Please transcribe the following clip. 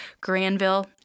Granville